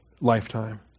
lifetime